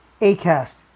Acast